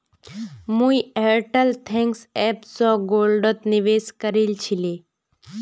मुई Airtel thanks app स गोल्डत निवेश करील छिले